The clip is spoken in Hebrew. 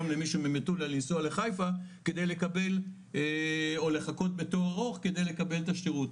למישהו ממטולה לנסוע לחיפה או לחכות בתור ארוך כדי לקבל את השירות.